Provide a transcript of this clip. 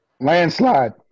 Landslide